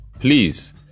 Please